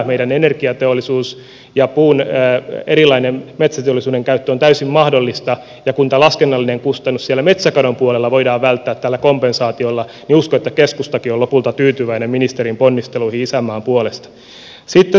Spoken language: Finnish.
meidän energiateollisuus ja erilainen metsäteollisuuden käyttö on täysin mahdollista ja kun tämä laskennallinen kustannus siellä metsäkadon puolella voidaan välttää tällä kompensaatiolla niin uskon että keskustakin on lopulta tyytyväinen ministerin ponnisteluihin isänmaan puolesta